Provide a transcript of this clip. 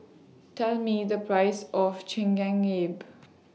Tell Me The Price of Chigenabe